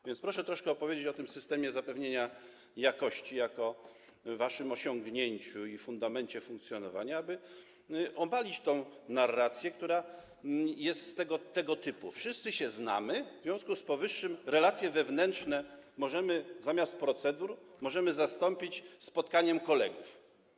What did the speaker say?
A więc proszę troszkę opowiedzieć o tym systemie zapewnienia jakości jako waszym osiągnięciu i fundamencie funkcjonowania, aby obalić tę narrację, która jest tego typu - wszyscy się znamy, w związku z powyższym relacje wewnętrzne, zamiast poddać je procedurom, możemy zastąpić spotkaniem kolegów.